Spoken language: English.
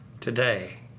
Today